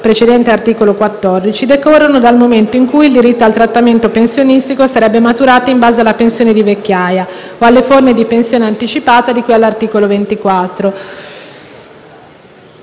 precedente articolo 14 decorrono dal momento in cui il diritto al trattamento pensionistico sarebbe maturato in base alla pensione di vecchiaia o alle forme di pensione anticipata di cui all'articolo 24.